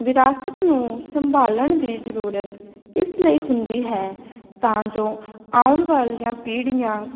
ਵਿਰਾਸਤ ਨੂੰ ਸੰਭਾਲਣ ਦੀ ਜ਼ਰੂਰਤ ਇਸ ਲਈ ਹੁੰਦੀ ਹੈ ਤਾਂ ਜੋ ਆਉਣ ਵਾਲੀਆਂ ਪੀੜੀਆਂ